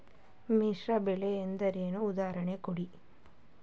ಮಿಶ್ರ ಬೆಳೆ ಎಂದರೇನು, ಉದಾಹರಣೆ ಕೊಡಿ?